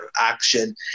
action